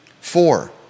Four